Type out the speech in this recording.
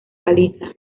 caliza